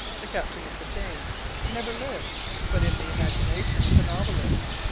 the captain of the jane never lived but in the imagination of the novelist,